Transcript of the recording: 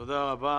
תודה רבה.